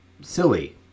silly